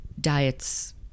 diets